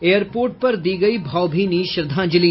airport पर दी गयी भावभीनी श्रद्धांजलि